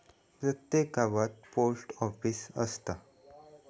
प्रत्येक गावात post office असता